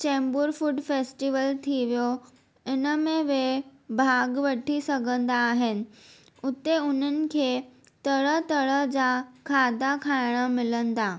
Chembur food festival थी वियो इनमें वे भाग वठी सघंदा आहिनि उते उन्हनि खे तरह तरह जा खाधा खाइण मिलंदा